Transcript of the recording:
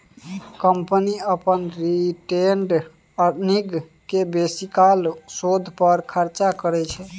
company अपन retained earning केँ बेसीकाल शोध पर खरचा करय छै